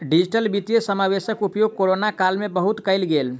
digital वित्तीय समावेशक उपयोग कोरोना काल में बहुत कयल गेल